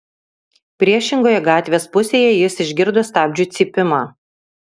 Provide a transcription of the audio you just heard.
priešingoje gatvės pusėje jis išgirdo stabdžių cypimą